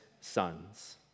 sons